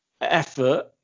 effort